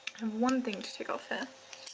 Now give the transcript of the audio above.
one thing to tick off here.